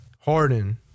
Harden